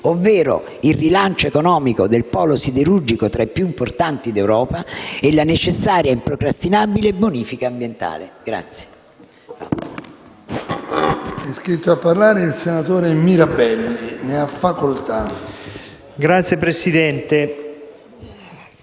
ovvero il rilancio economico del polo siderurgico tra i più importanti d'Europa e la necessaria e improcrastinabile bonifica ambientale.